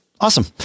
Awesome